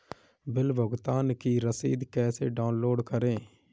Bill भुगतान की रसीद कैसे डाउनलोड करें?